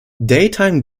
daytime